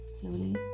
slowly